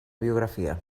biografia